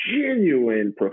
genuine